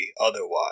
otherwise